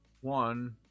one